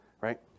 Right